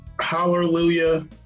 Hallelujah